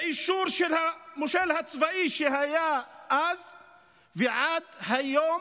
באישור של המושל הצבאי שהיה אז, ועד היום